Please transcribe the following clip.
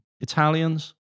Italians